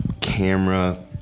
camera